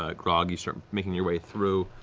ah grog, you start making your way through.